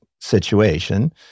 situation